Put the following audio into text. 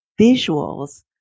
visuals